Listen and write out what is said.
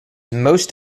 most